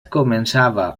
començava